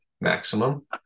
maximum